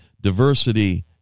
diversity